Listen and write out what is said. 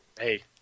Hey